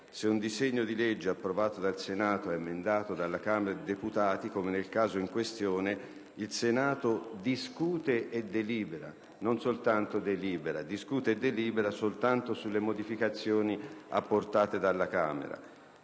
«se un disegno di legge approvato dal Senato è emendato dalla Camera dei deputati», come nel caso in questione, «il Senato discute e delibera» - non delibera soltanto, quindi - «soltanto sulle modificazioni apportate dalla Camera».